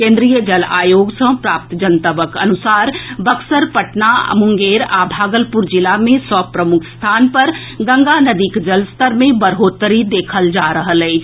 केन्द्रीय जल आयोग सँ प्राप्त जनतबक अनुसार बक्सर पटना मुंगेर आ भागलपुर जिला मे सभ प्रमुख स्थान पर गंगा नदीक जलस्तर मे बढ़ोतरी देखल जा रहल अछि